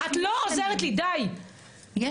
יש מוסלמים במג"ב.